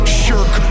shirk